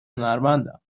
هنرمندم